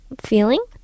feeling